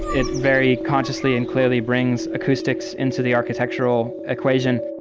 it very consciously and clearly brings acoustics into the architectural equation